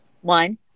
One